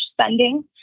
spending